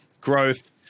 growth